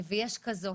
ויש כזו.